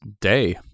day